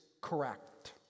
correct